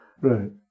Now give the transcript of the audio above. Right